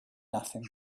nothing